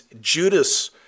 Judas